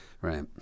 Right